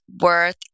worth